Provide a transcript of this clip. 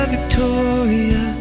Victoria